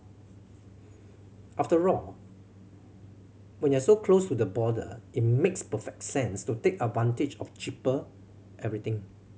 after all when you're so close to the border it makes perfect sense to take advantage of cheaper everything